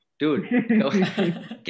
dude